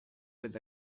with